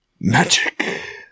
Magic